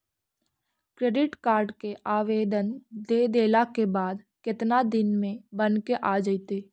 Credit card के आवेदन दे देला के बाद केतना दिन में बनके आ जइतै?